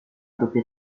doppia